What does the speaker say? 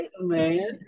man